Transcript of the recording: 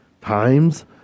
times